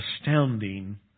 astounding